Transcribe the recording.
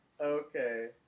Okay